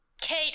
Kate